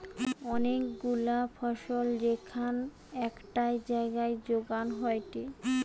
অনেক গুলা ফসল যেখান একটাই জাগায় যোগান হয়টে